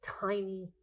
tiny